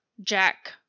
Jack